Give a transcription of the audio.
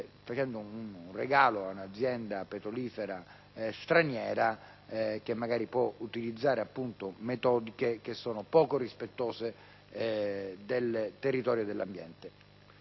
facendo un regalo ad un'azienda petrolifera straniera che può utilizzare metodiche poco rispettose del territorio e dell'ambiente.